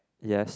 yes